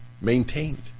maintained